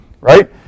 Right